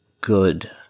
good